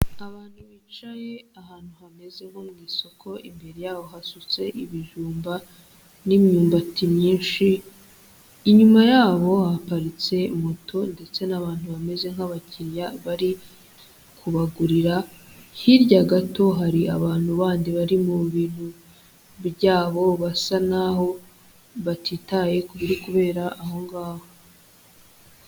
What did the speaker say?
Abantu bicaye ahantu hameze nko mu isuko imbere yaboho hasutse ibijumba n'imyumbati myinshi, inyuma yabo haparitse moto ndetse n'abantu bameze nk'abakiriya bari kubagurira, hirya gato hari abantu bandi bari mu bintu byabo basa naho batitaye ku biri kubera aho ngaho.